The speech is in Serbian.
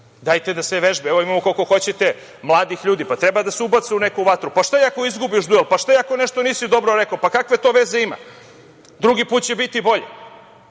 Dajte da se vežba. Imamo koliko hoćete mladih ljudi. Dajte da se ubace u neku vatru. Pa šta i ako izgubiš duel, ako nešto nisi dobro rekao? Kakve to veze ima? Drugi put će biti bolje.